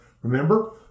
Remember